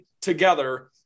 together